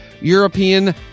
European